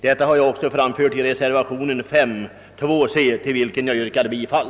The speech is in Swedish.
Detta har jag framfört i reservationen 5.2 c, till vilken jag yrkar bifall.